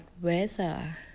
weather